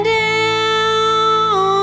down